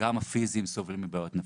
גם הנכים הפיסיים סובלים מבעיות נפשיות,